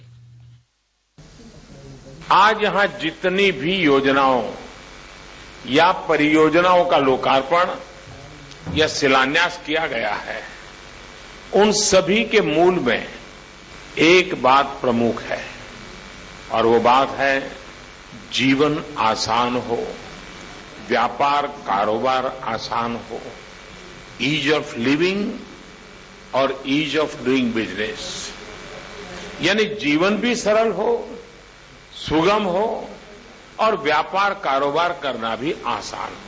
bite आज यहां जितनी भी योजनाओं या परियोजनाओं का लोकार्पण या शिलान्यास किया गया है उन सभी के मूल में एक बात प्रमुख है और वह बात है जीवन आसान हो व्यापार कारोबार आसान हो इज ऑफ लिविंग और इज ऑफ डूइंग बिजनेस यानी जीवन भी सरल हो सुगम हो और व्यापार कारोबार करना भी आसान हो